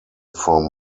from